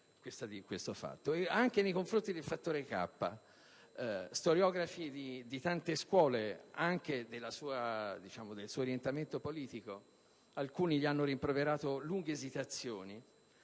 anche nei confronti del fattore «K». Alcuni storiografi - di tante scuole, anche del suo orientamento politico - gli hanno rimproverato lunghe esitazioni;